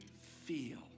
feel